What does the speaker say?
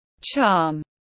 charm